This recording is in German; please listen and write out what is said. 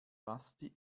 basti